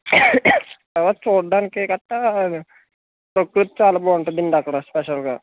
చూడటానికి గట్రా ప్రకృతి చాలా బాగుంటుందండి అక్కడ స్పెషల్గా